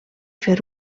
fer